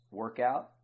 workout